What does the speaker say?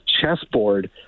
chessboard